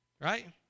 Right